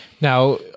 now